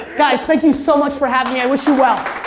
guys thank you so much for having me. i wish you well.